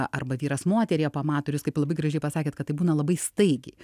arba vyras moteryje pamato ir jūs kaip labai gražiai pasakėt kad tai būna labai staigiai